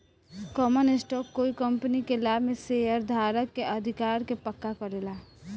common stock कोइ company के लाभ में शेयरधारक के अधिकार के पक्का करेला